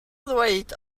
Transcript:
ddweud